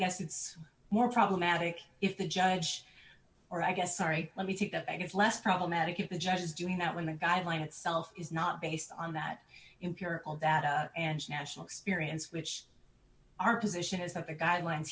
guess it's more problematic if the judge or i guess sorry let me think that it's less problematic if the judge is doing that when the guideline itself is not based on that impair all that and national experience which our position is that the guidelines